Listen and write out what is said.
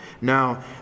Now